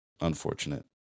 Unfortunate